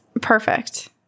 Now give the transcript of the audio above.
Perfect